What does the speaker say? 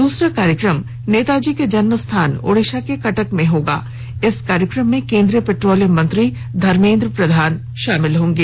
दूसरा कार्यक्रम नेताजी के जन्म स्थान ओड़िशा के कटक में होगा इस कार्यक्रम में केंद्रीय पेट्रोलियम मंत्री धर्मेद्र प्रधान शामिल होंगे